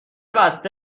بسته